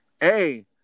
hey